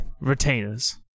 retainers